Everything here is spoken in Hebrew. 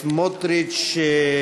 סמוטריץ?